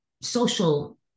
social